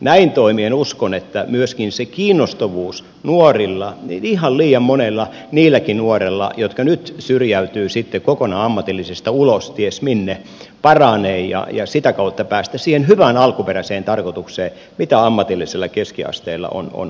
näin toimien uskon että myöskin se kiinnostavuus nuorilla niilläkin nuorilla joista nyt ihan liian moni syrjäytyy kokonaan ammatillisesta ulos ties minne paranee ja sitä kautta päästään siihen hyvään alkuperäiseen tarkoitukseen mitä ammatillisella keskiasteella on haettu